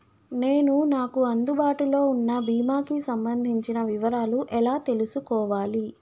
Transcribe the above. నేను నాకు అందుబాటులో ఉన్న బీమా కి సంబంధించిన వివరాలు ఎలా తెలుసుకోవాలి?